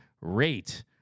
rate